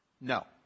no